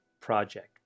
project